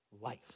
life